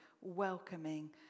welcoming